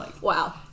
Wow